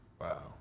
Wow